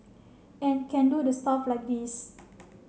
and can do the stuff like this